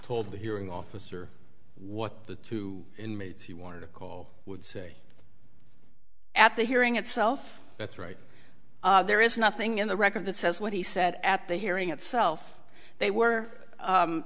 hold the hearing officer what the two inmates he wanted to call would say at the hearing itself that's right there is nothing in the record that says what he said at the hearing itself they were